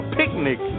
picnic